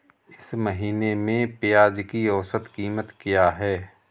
इस महीने में प्याज की औसत कीमत क्या है?